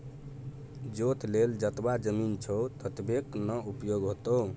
जोत लेल जतबा जमीन छौ ततबेक न उपयोग हेतौ